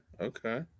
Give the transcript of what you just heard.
Okay